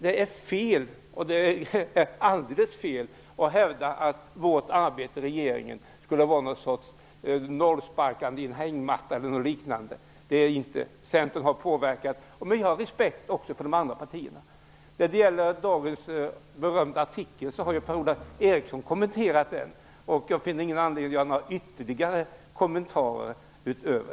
Det är alldeles fel att hävda att vårt arbete i regeringen skulle vara någon sorts nollsparkande under hängmattan eller liknande. Centern har kunnat påverka. Vi har respekt för de andra partierna också. Dagens berömda artikel har Per-Ola Eriksson redan kommenterat. Jag finner ingen anledning till att göra några ytterligare kommentarer.